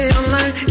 online